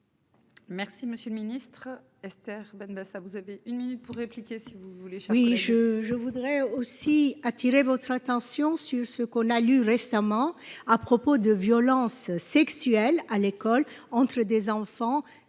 Merci, monsieur le Ministre, Esther Benbassa, vous avez une minute pour répliquer si vous. Le oui oui je je voudrais aussi attirer votre attention sur ce qu'on a lu récemment à propos de violence sexuelle à l'école entre des enfants